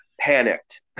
panicked